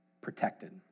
protected